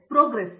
professor